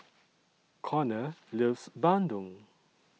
Conner loves Bandung